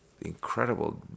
incredible